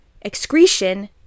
excretion